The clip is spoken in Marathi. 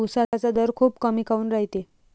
उसाचा दर खूप कमी काऊन रायते?